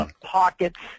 pockets